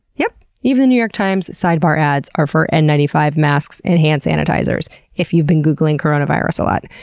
yep! even the new york times sidebar ads are for n ninety five masks and hand sanitizers if you've been googling coronavirus a lot.